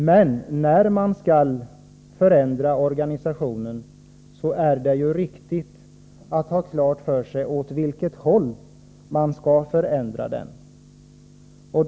Men när man skall förändra organisationen, är det ju riktigt att ha klart för sig åt vilket håll man skall förändra den.